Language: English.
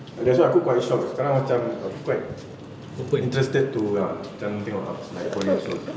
that's why aku quite shocked sekarang macam aku quite interested to macam tengok like korean shows